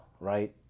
right